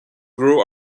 grew